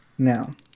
Now